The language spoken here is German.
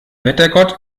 wettergott